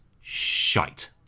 shite